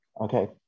Okay